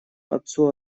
отцу